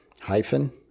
hyphen